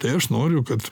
tai aš noriu kad